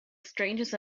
strangeness